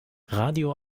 radio